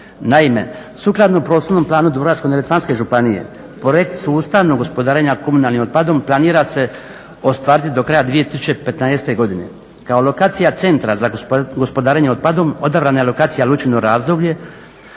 Naime sukladno Prostornom planu Dubrovačko-neretvanske županije projekt su ustavno gospodarenje komunalnim otpadom, planira se ostvariti do kraj 2015. Godine. Kao lokacija centra za gospodarenje otpadom odabrana je lokacija Lučino razdoblje